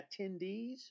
attendees